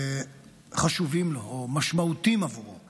חשובים לו או משמעותיים עבורו